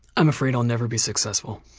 i'm afraid i'll never be successful.